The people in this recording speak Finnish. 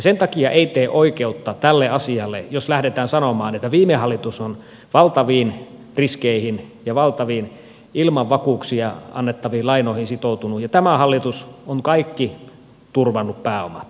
sen takia ei tee oikeutta tälle asialle jos lähdetään sanomaan että viime hallitus on valtaviin riskeihin ja valtaviin ilman vakuuksia annettaviin lainoihin sitoutunut ja tämä hallitus on turvannut kaikki pääomat